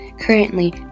Currently